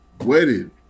wedded